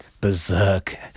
Berserk